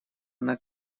она